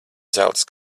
zelts